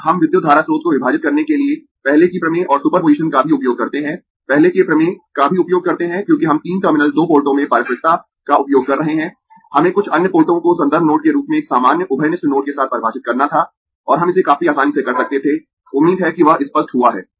और हम विद्युत धारा स्रोत को विभाजित करने के लिए पहले की प्रमेय और सुपर पोजीशन का भी उपयोग करते है पहले के प्रमेय का भी उपयोग करते है क्योंकि हम तीन टर्मिनल 2 पोर्टों में पारस्परिकता का उपयोग कर रहे है हमें कुछ अन्य पोर्टों को संदर्भ नोड के रूप में एक सामान्य उभयनिष्ठ नोड के साथ परिभाषित करना था और हम इसे काफी आसानी से कर सकते थे उम्मीद है कि वह स्पष्ट हुआ है